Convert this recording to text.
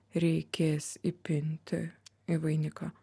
reikės įpinti į vainiką